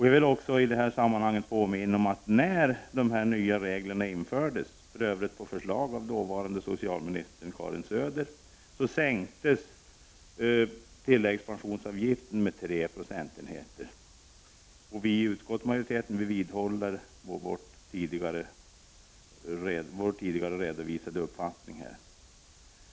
Jag vill också i detta sammanhang påminna om att när de nya reglerna infördes, för övrigt på förslag av dåvarande socialminister Karin Söder, sänktes tilläggspensionsavgiften med tre procentenheter. Utskottsmajoriteten vidhåller sin tidigare redovisade uppfattning.